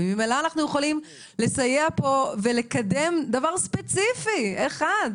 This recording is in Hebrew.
וממילא אנחנו יכולים לסייע פה ולקדם דבר ספציפי אחד,